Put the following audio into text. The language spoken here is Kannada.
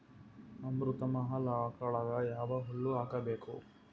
ಅಮೃತ ಮಹಲ್ ಆಕಳಗ ಯಾವ ಹುಲ್ಲು ಹಾಕಬೇಕು?